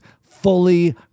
fully